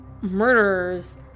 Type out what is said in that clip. murderers